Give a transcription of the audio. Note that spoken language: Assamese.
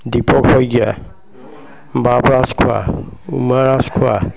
দীপক শইকীয়া বাপ ৰাজখোৱা উমা ৰাজখোৱা